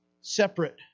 separate